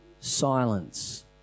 silence